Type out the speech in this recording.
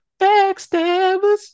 Backstabbers